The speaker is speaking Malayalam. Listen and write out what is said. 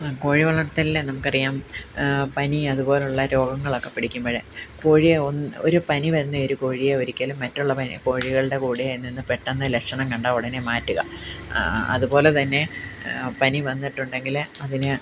ആ കോഴി വളര്ത്തലിൽ നമുക്ക് അറിയാം പനി അതുപോലെയുള്ള രോഗങ്ങളൊക്കെ പിടിക്കുമ്പോൾ കോഴിയെ ഒന്ന് ഒരു പനി വന്ന ഒരു കോഴിയെ ഒരിക്കലും മറ്റുള്ള പനി കോഴികളുടെ കൂടെ നിന്ന് പെട്ടെന്ന് ലക്ഷണം കണ്ടാൽ ഉടനെ മാറ്റുക അതുപോലെ തന്നെ പനി വന്നിട്ടുണ്ടെങ്കിൽ അതിന്